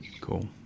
cool